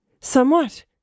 Somewhat